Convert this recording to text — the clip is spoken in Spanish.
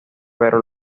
pero